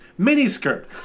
miniskirt